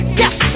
yes